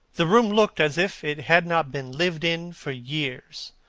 the room looked as if it had not been lived in for years.